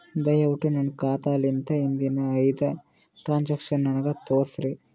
ದಯವಿಟ್ಟು ನನ್ನ ಖಾತಾಲಿಂದ ಹಿಂದಿನ ಐದ ಟ್ರಾಂಜಾಕ್ಷನ್ ನನಗ ತೋರಸ್ರಿ